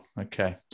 okay